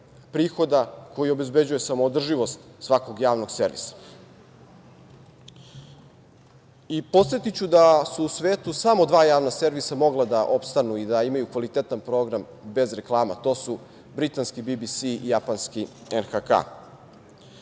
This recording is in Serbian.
prihoda koji obezbeđuje samoodrživost svakog javnog servisa. Podsetiću da su u svetu samo dva javna servisa mogla da opstanu i da imaju kvalitetan program bez reklama. To su britanski Bi-Bi-Si i japanski